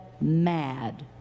mad